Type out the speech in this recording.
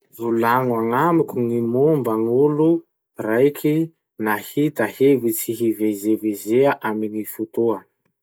Volagno agnamiko gny momba gn'olo raiky nahita hevitsy hivezevezea amy gny fotoa.